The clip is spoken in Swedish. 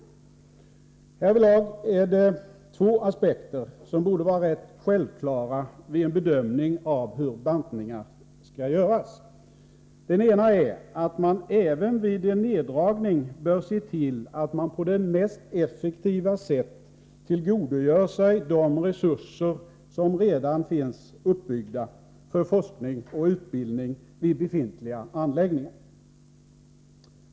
Härvidlag är det två aspekter som borde vara rätt självklara vid en bedömning av hur bantningarna skall göras. Den ena är att man även vid en neddragning bör se till att man på det mest effektiva sättet tillgodogör sig de resurser som redan finns uppbyggda för forskning och utbildning vid befintliga anläggningar.